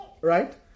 right